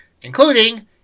including